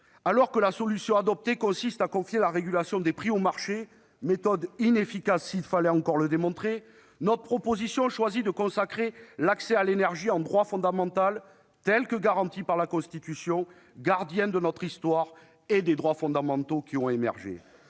Alors que la solution adoptée consiste à confier la régulation des prix au marché, méthode inefficace s'il fallait encore le démontrer, notre proposition de loi choisit de consacrer l'accès à l'énergie en droit fondamental, tel que garanti par la Constitution, gardienne de notre histoire et des droits fondamentaux qui en ont émergé.